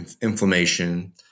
inflammation